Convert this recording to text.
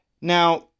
Now